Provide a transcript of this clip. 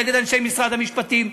נגד אנשי משרד המשפטים,